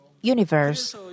universe